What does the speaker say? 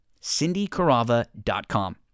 CindyCarava.com